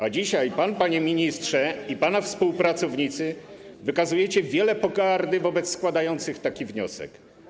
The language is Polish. A dzisiaj pan, panie ministrze, i pana współpracownicy wykazujecie wiele pogardy wobec składających taki wniosek.